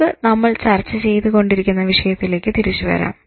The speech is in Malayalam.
നമുക്ക് നമ്മൾ ചർച്ച ചെയ്തുകൊണ്ടിരുന്ന വിഷയത്തിലേക്ക് തിരിച്ചു വരാം